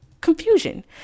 confusion